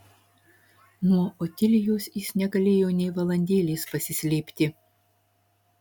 nuo otilijos jis negalėjo nė valandėlės pasislėpti